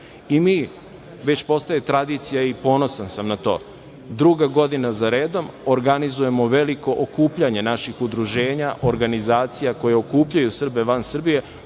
I već postaj tradicija i ponosan sam na to, druga godina zaredom organizujemo veliko okupljanje naših udruženja naših organizacija koje okupljaju Srbe van Srbije,